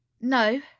No